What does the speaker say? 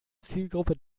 zielgruppe